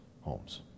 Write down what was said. homes